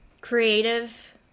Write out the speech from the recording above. Creative